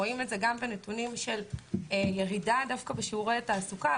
רואים את זה גם בנתונים של ירידה בשיעורי התעסוקה,